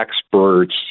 experts